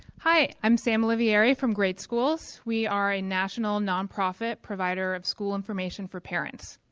hi, i'm sam olivieri from greatschools. we are a national non-profit provider of school information for parents.